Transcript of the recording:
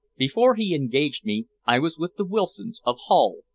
before he engaged me, i was with the wilsons, of hull,